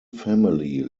family